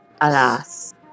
Alas